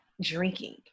drinking